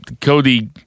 Cody